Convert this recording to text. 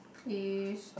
please